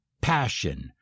passion